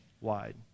wide